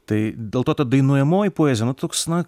tai dėl to ta dainuojamoji poezija na toks na